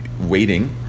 waiting